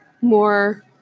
more